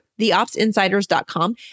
theopsinsiders.com